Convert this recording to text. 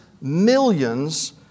millions